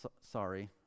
sorry